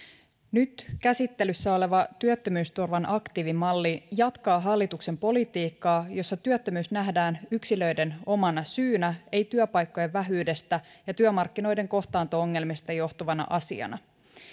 nyt käsittelyssä oleva työttömyysturvan aktiivimalli jatkaa hallituksen politiikkaa jossa työttömyys nähdään yksilöiden omana syynä ei työpaikkojen vähyydestä ja työmarkkinoiden kohtaanto ongelmista johtuvana asiana